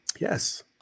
Yes